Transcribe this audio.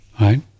right